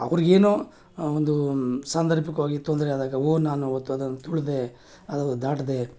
ಅವ್ರಿಗೆ ಏನೋ ಒಂದೂ ಸಾಂದರ್ಭಿಕವಾಗಿ ತೊಂದರೆ ಆದಾಗ ಓ ನಾನು ಆವತ್ತು ಅದನ್ನ ತುಳಿದೆ ಅದು ದಾಟದೇ